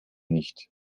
nicht